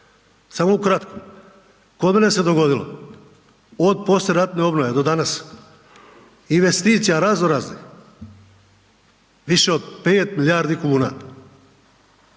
Samo ukratko. Kod mene se dogodilo od poslijeratne obnove do danas investicija razno raznih više od 5 milijardi kuna.